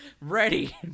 Ready